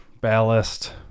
ballast